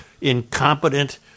incompetent